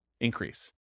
increase